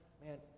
man